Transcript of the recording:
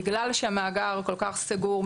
בגלל שהמאגר כל כך סגור,